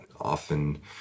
often